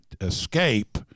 escape